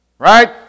Right